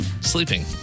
sleeping